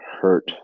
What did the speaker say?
hurt